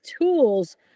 tools